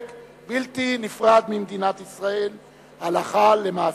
בלתי נפרד ממדינת ישראל הלכה למעשה.